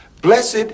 Blessed